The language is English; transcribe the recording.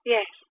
Yes